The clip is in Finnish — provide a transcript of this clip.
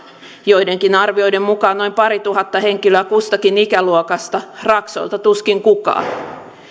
joidenkin arvioiden mukaan noin parituhatta henkilöä kustakin ikäluokasta raksoilta tuskin kukaan